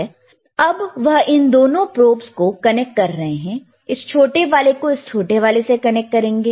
अब वह इन दोनों प्रोबस को कनेक्ट कर रहे हैं इस छोटे वाले को इस छोटे वाले से कनेक्ट किया है